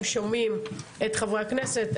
שומעים את חברי הכנסת,